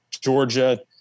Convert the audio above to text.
Georgia